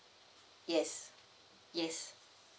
yes yes